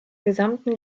gesamten